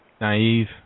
naive